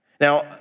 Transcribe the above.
Now